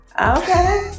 Okay